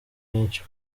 benshi